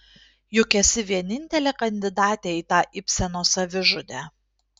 juk esi vienintelė kandidatė į tą ibseno savižudę